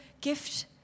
gift